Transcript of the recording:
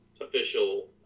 official